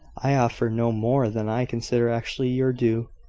i offer no more than i consider actually your due.